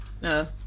no